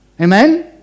Amen